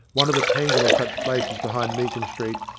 one of a tangle of such places behind meakin street,